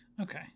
Okay